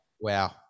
wow